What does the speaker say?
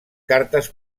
cartes